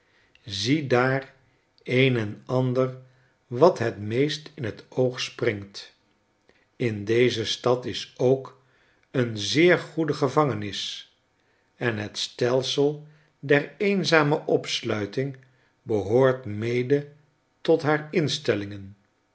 ziedaar een en ander wat het meest in t oog springt in deze stad is ook een zeergoedegevangenis en tiet stelsel der eenzame opsluiting behoort mede tot haar instellingen